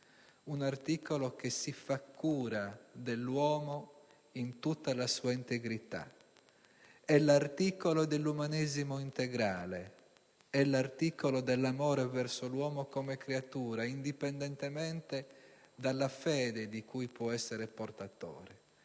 un articolo che si fa cura dell'uomo in tutta la sua integrità. È l'articolo dell'umanesimo integrale, è l'articolo dell'amore verso l'uomo come creatura, indipendentemente dalla fede di cui può essere portatore.